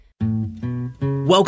Welcome